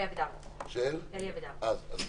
אישרה הוועדה הכרזה על הגבלה מלאה, רשאית